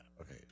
Okay